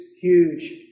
huge